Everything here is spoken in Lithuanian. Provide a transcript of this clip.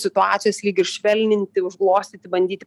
situacijos lyg ir švelninti užglostyti bandyti